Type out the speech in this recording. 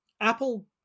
Apple